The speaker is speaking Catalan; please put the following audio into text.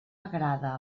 agrada